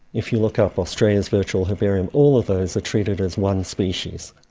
if you look up australia's virtual herbarium, all of those are treated as one species.